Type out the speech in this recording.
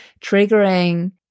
triggering